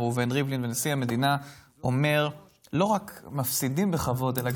רק שנייה.